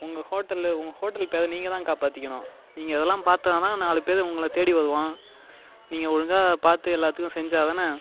உங்கள் ஹோட்டலு உங்கள் ஹோட்டல் பெயர நீங்கள் தான் காப்பாத்திக்கணும் நீங்கள் இதெல்லாம் பார்த்தா தான் நாலு பேரு உங்களை தேடி வருவான் நீங்கள் ஒழுங்காக பார்த்து எல்லாத்துக்கும் செஞ்சால் தான்